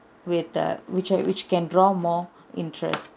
with the which I which can draw more interest